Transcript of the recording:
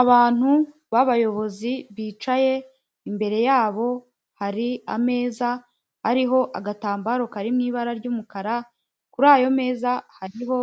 Abantu b'abayobozi bicaye, imbere yabo hari ameza ariho agatambaro kari mu ibara ry'umukara, kuri ayo meza hariho